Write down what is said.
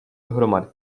dohromady